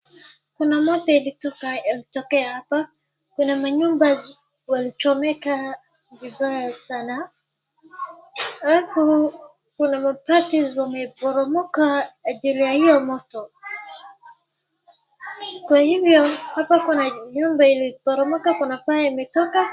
Kuna moto ilitokea hapa. Kuna manyumba walichomeka vibaya sana. Alafu kuna mabati zimeboromoka ajili ya hiyo moto. Kwa hivyo hapa kuna nyumba iliboromoka kuna fire imetoka.